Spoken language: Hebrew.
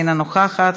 אינה נוכחת,